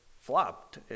flopped